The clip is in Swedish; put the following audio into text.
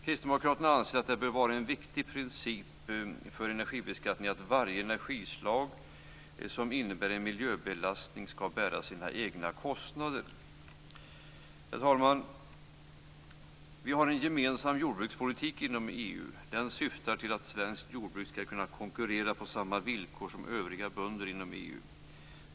Kristdemokraterna anser att det bör vara en viktig princip för energibeskattningen att varje energislag som innebär en miljöbelastning skall bära sina egna kostnader. Herr talman! Vi har en gemensam jordbrukspolitik inom EU. Den syftar till att svenska jordbrukare skall kunna konkurrera på samma villkor som övriga bönder inom EU.